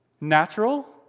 natural